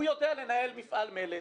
הוא יודע לנהל מפעל מלט,